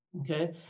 okay